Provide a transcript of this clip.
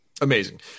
Amazing